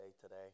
today